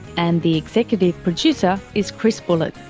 and the executive producer is chris bullock,